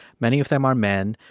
many of them are men.